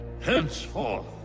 Henceforth